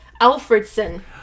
Alfredson